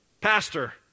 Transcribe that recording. Pastor